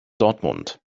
dortmund